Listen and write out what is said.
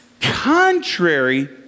contrary